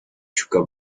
chukka